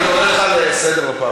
אני קורא אותך לסדר בפעם